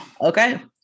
Okay